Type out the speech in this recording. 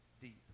deep